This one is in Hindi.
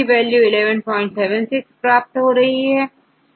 तो यदि आप इसे ले तो आप 1176 वैल्यू प्राप्त करेंगे